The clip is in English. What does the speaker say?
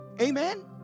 Amen